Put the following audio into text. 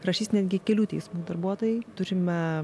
rašys netgi kelių teismų darbuotojai turime